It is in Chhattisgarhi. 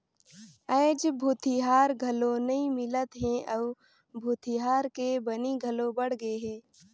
आयज भूथिहार घलो नइ मिलत हे अउ भूथिहार के बनी घलो बड़ गेहे